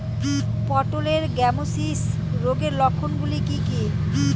পটলের গ্যামোসিস রোগের লক্ষণগুলি কী কী?